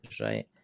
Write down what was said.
right